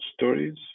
stories